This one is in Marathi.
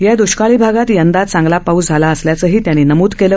या दष्काळी भागात यंदा चांगला पाऊस झाला असल्याचं त्यांनी नमूद केलं